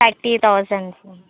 thirty thousand sir